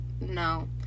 No